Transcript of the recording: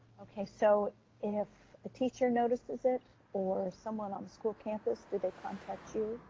okay, so if a teacher notices it or someone on the school campus, do they contact you,